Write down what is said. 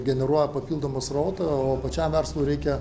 generuoja papildomą srautą o pačiam verslui reikia